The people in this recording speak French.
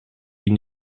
une